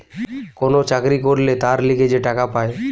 কোন চাকরি করলে তার লিগে যে টাকা পায়